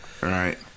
Right